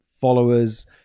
followers